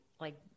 like-